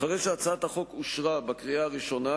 אחרי שהצעת החוק אושרה בקריאה ראשונה,